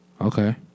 Okay